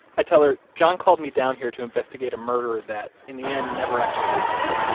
i tell her, john called me down here to investigate a murder that in the end never actually happened.